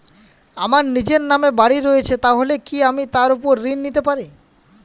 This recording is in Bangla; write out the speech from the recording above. আমার নিজের নামে বাড়ী রয়েছে তাহলে কি আমি তার ওপর ঋণ পেতে পারি?